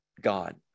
God